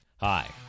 Hi